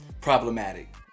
problematic